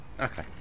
Okay